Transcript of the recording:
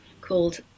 called